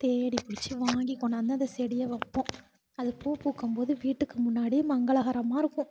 தேடி பிடிச்சு வாங்கி கொண்டாந்து அந்த செடியை வைப்போம் அது பூ பூக்கும் போது வீட்டுக்கு முன்னாடி மங்களகரமாக இருக்கும்